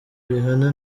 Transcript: rihanna